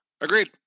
Agreed